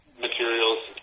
materials